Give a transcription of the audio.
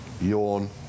Yawn